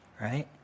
right